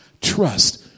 trust